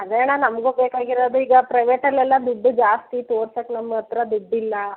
ಅದೇ ಅಣ್ಣ ನಮಗೂ ಬೇಕಾಗಿರೋದು ಈಗ ಪ್ರೈವೆಟಲೆಲ್ಲ ದುಡ್ಡು ಜಾಸ್ತಿ ತೋರ್ಸಕ್ಕೆ ನಮ್ಮ ಹತ್ರ ದುಡ್ಡಿಲ್ಲ